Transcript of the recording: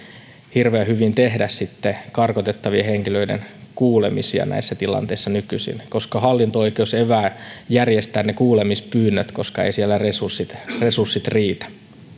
hirveän hyvin tehdä sitten karkotettavien henkilöiden kuulemisia nykyisin koska hallinto oikeus evää järjestään ne kuulemispyynnöt koska siellä eivät resurssit riitä